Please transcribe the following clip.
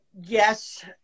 Yes